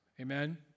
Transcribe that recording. Amen